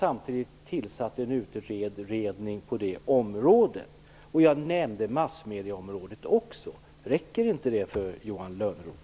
Samtidigt har man tillsatt en utredning på det området. Jag nämnde också massmedieområdet. Räcker inte det för Johan Lönnroth?